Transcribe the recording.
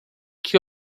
que